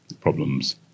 problems